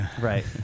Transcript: right